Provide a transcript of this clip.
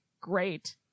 great